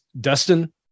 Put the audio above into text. Dustin